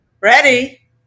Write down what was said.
Ready